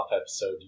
episode